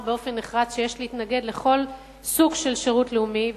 באופן נחרץ שיש להתנגד לכל סוג של שירות לאומי.